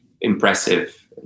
impressive